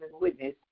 witness